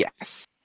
Yes